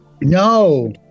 no